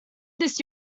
this